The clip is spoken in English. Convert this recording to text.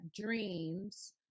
dreams